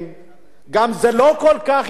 זה לא כל כך עניין את התקשורת.